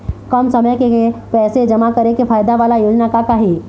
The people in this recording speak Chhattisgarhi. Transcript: कम समय के पैसे जमा करे के फायदा वाला योजना का का हे?